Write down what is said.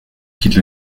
quitte